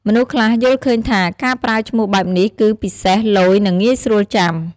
មនុស្សខ្លះយល់ឃើញថា ការប្រើឈ្មោះបែបនេះគឺ ពិសេស ឡូយ និងងាយស្រួលចាំ។